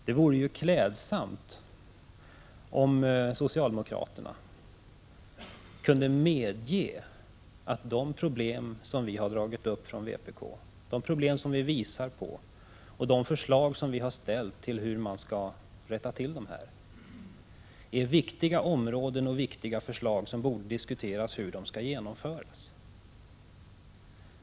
Det vore klädsamt om socialdemokraterna kunde medge att de problem som vi i vpk har visat på och de förslag vi har ställt när det gäller hur man skall rätta till dessa problem berör viktiga områden och att det borde diskuteras hur de förslagen skall genomföras.